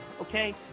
Okay